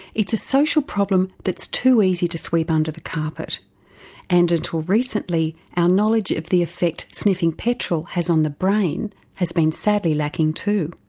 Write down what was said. it's a social problem that's too easy to sweep under the carpet and until recently our knowledge of the effect sniffing petrol has on the brain has been sadly lacking too.